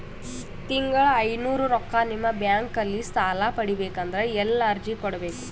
ತಿಂಗಳ ಐನೂರು ರೊಕ್ಕ ನಿಮ್ಮ ಬ್ಯಾಂಕ್ ಅಲ್ಲಿ ಸಾಲ ಪಡಿಬೇಕಂದರ ಎಲ್ಲ ಅರ್ಜಿ ಕೊಡಬೇಕು?